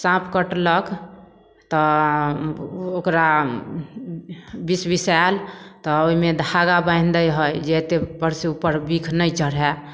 साँप कटलक तऽ ओकरा बिसबिसाएल तऽ ओहिमे धागा बान्हि दै हइ जे एतेकपर से उपर बिख नहि चढ़ै